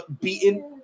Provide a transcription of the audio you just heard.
beaten